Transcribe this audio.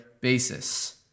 basis